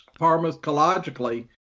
pharmacologically